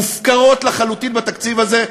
מופקרות לחלוטין בתקציב הזה,